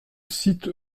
site